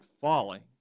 falling